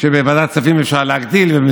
שבוועדת כספים אפשר להגדיל וגם